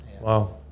Wow